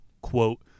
Quote